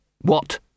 what